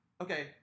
Okay